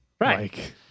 Right